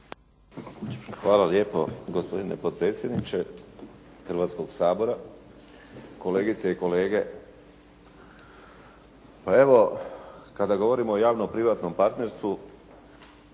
Hvala lijepo gospodine potpredsjedniče Hrvatskog sabora, kolegice i kolege. Pa evo, kada govorimo o javno-privatnom partnerstvu,